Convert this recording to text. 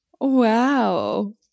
wow